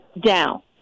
down